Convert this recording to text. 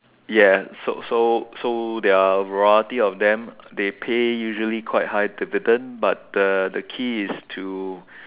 ya so so so there are a variety of them they pay usually quite high dividend but uh the key is to